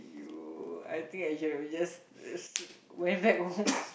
you I think actually we just went back home